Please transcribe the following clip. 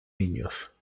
niños